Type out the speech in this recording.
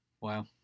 Wow